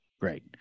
Great